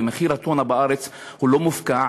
כי מחיר הטונה בארץ הוא לא מופקע,